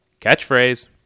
Catchphrase